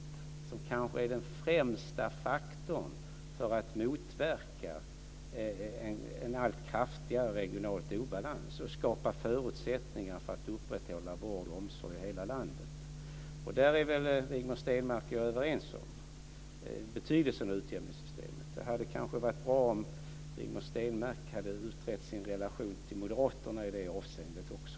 Det är kanske den främsta faktorn för att motverka en allt kraftigare regional obalans och skapa förutsättningar för att upprätthålla vård och omsorg i hela landet. Rigmor Stenmark är väl överens med mig om betydelsen av utjämningssystemet. Det hade kanske varit bra om Rigmor Stenmark hade utrett sin relation till moderaterna i det avseendet också.